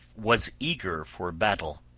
was eager for battle.